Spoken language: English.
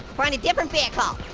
find a different vehicle.